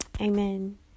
Amen